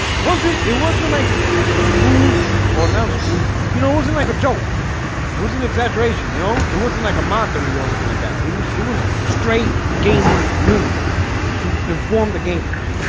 wasn't it wasn't like a spoof or an app spoof? you know, it wasn't like a joke was an exaggeration, you know, it wasn't like a mockery or anything like that it was it was straight gaming news to inform the gamers